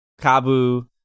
Kabu